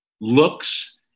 looks